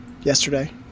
yesterday